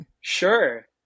Sure